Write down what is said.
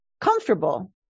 comfortable